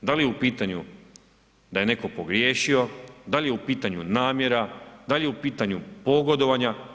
Da li je u pitanju da je neko pogriješio, da li je u pitanju namjera, da li je u pitanju pogodovanja?